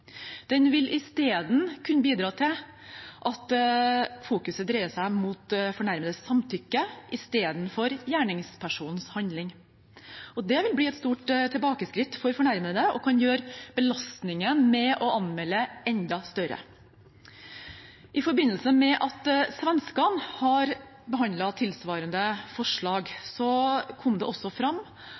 Den vil isteden kunne bidra til at fokuset dreier seg mot fornærmedes samtykke, istedenfor mot gjerningspersonens handling. Det vil bli et stort tilbakeskritt for fornærmede og kan gjøre belastningen med å anmelde enda større. I forbindelse med at svenskene har behandlet tilsvarende forslag, kom det også fram